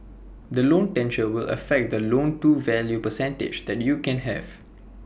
the loan tenure will affect the loan to value percentage that you can have